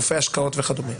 גופי השקעות וכדומה,